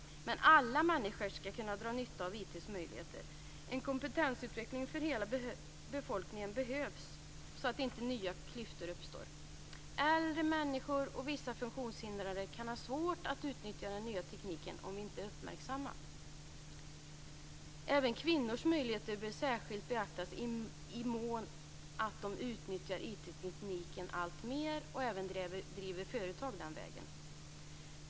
Men alla människor skall kunna dra nytta av IT:s möjligheter. En kompetensutveckling för hela befolkningen behövs så att inte nya klyftor uppstår. Äldre människor och vissa funktionshindrade kan om vi inte är uppmärksamma ha svårt att utnyttja den nya tekniken. Även kvinnors möjligheter bör särskilt beaktas i mån av att de utnyttjar IT tekniken alltmer och även driver företag den vägen.